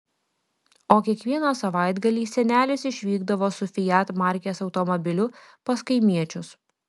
o kiekvieną savaitgalį senelis išvykdavo su fiat markės automobiliu pas kaimiečius